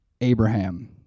Abraham